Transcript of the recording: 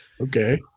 okay